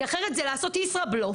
כי אחרת זה לעשות ישראבלוף.